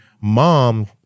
mom